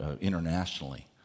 internationally